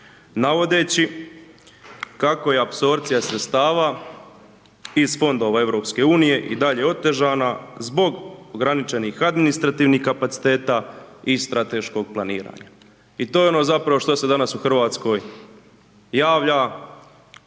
navodeći kako je apsorpcija sredstava iz fondova EU i dalje otežana zbog ograničenih administrativnih kapaciteta i strateškog planiranja. I to je ono zapravo što se danas u RH javlja,